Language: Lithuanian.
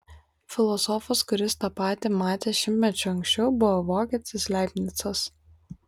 filosofas kuris tą patį matė šimtmečiu anksčiau buvo vokietis leibnicas